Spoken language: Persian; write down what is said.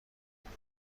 پسرم